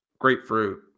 grapefruit